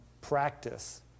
practice